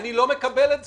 אני לא מקבל את זה.